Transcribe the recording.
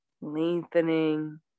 lengthening